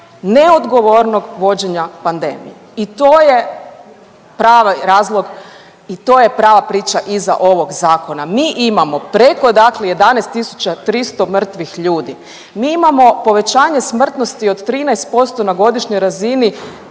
neodgovornog vođenja pandemije. I to je pravi razlog, i to je prava priča iza ovog zakona. Mi imamo preko dakle 11.300 mrtvih ljudi, mi imamo povećanje smrtnosti od 13% na godišnjoj razini